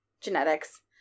genetics